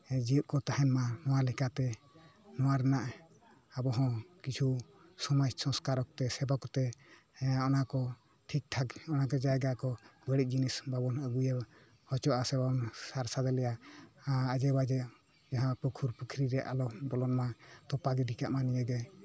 ᱡᱤᱣᱭᱮᱫ ᱠᱚ ᱛᱟᱦᱮᱱ ᱢᱟ ᱱᱚᱣᱟ ᱞᱮᱠᱟᱛᱮ ᱱᱚᱣᱟ ᱨᱮᱱᱟᱜ ᱟᱵᱚ ᱦᱚᱸ ᱠᱤᱪᱷᱩ ᱥᱚᱢᱟᱡᱽ ᱥᱚᱝᱥᱠᱟᱨᱚᱠ ᱛᱮ ᱥᱮᱵᱚᱠ ᱛᱮ ᱦᱮᱸ ᱚᱱᱟ ᱠᱚ ᱴᱷᱤᱠ ᱴᱷᱟᱠ ᱡᱟᱭᱜᱟ ᱠᱚ ᱵᱟᱹᱲᱤᱡ ᱡᱤᱱᱤᱥ ᱵᱟᱵᱚᱱ ᱟᱹᱜᱩᱭᱟ ᱦᱚᱪᱚᱜ ᱟᱥᱮ ᱵᱟᱵᱚᱱ ᱥᱟᱨ ᱥᱟᱫᱞᱮᱭᱟ ᱟᱡᱮ ᱵᱟᱡᱮ ᱨᱮᱦᱚᱸ ᱯᱩᱠᱷᱩᱴᱨ ᱯᱩᱠᱷᱨᱤ ᱨᱮ ᱟᱞᱚ ᱵᱚᱞᱚᱱ ᱢᱟ ᱛᱚᱯᱟ ᱜᱤᱰᱤ ᱠᱟᱜ ᱢᱟ ᱱᱤᱭᱟᱹᱜᱮ